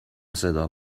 صدا